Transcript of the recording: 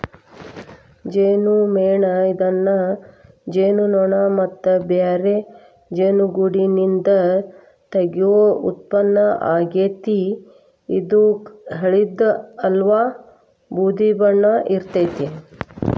ಜೇನುಮೇಣ ಇದನ್ನ ಜೇನುನೋಣ ಮತ್ತ ಬ್ಯಾರೆ ಜೇನುಗೂಡ್ನಿಂದ ತಗಿಯೋ ಉತ್ಪನ್ನ ಆಗೇತಿ, ಇದು ಹಳ್ದಿ ಅತ್ವಾ ಬೂದಿ ಬಣ್ಣ ಇರ್ತೇತಿ